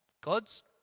God's